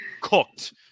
cooked